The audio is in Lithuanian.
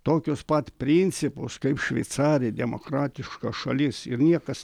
tokius pat principus kaip šveicarija demokratiška šalis ir niekas